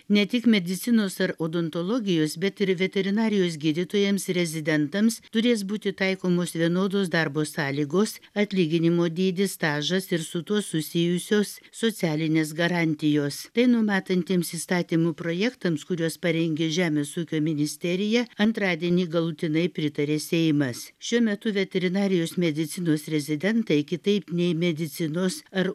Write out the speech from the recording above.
ne tik medicinos ar odontologijos bet ir veterinarijos gydytojams rezidentams turės būti taikomos vienodos darbo sąlygos atlyginimo dydis stažas ir su tuo susijusios socialinės garantijos tai numatantiems įstatymų projektams kuriuos parengė žemės ūkio ministerija antradienį galutinai pritarė seimas šiuo metu veterinarijos medicinos rezidentai kitaip nei medicinos ar